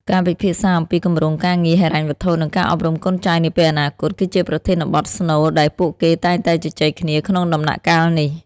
ការពិភាក្សាអំពីគម្រោងការងារ ហិរញ្ញវត្ថុ និងការអប់រំកូនចៅនាពេលអនាគត គឺជាប្រធានបទស្នូលដែលពួកគេតែងតែជជែកគ្នាក្នុងដំណាក់កាលនេះ។